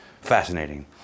fascinating